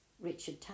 Richard